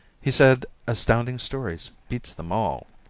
he said astounding stories beats them all.